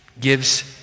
gives